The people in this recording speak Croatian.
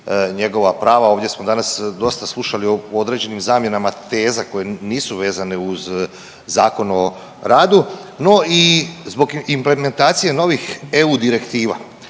njegova prava. Ovdje smo danas dosta slušali o određenim zamjenama teza koje nisu vezane uz Zakon o radu, no i zbog implementacije novih EU direktiva.